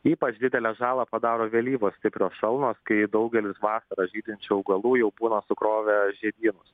ypač didelę žalą padaro vėlyvos stiprios šalnos kai daugelis vasarą žydinčių augalų jau būna sukrovę žiedynus